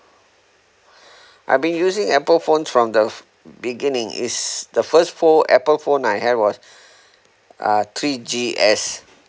I've been using apple phones from the beginning it's the first phone apple phone I have was uh three G S